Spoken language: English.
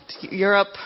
Europe